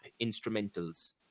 instrumentals